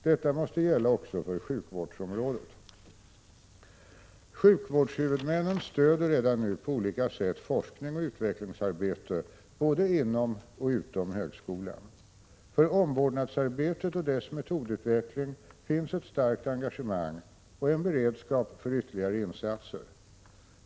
Detta måste gälla också för sjukvårdsområdet. Sjukvårdshuvudmännen stöder redan nu på olika sätt forskning och utvecklingsarbete både inom och utom högskolan. För omvårdnadsarbetet och dess metodutveckling finns ett starkt engagemang och en beredskap för ytterligare insatser.